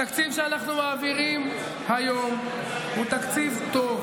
התקציב שאנחנו מעבירים היום הוא תקציב טוב,